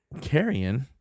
Carrying